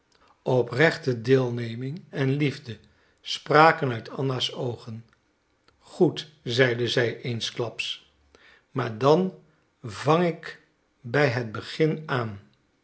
oprechte deelneming en liefde spraken uit anna's oogen goed zeide zij eensklaps maar dan vang k bij het begin aan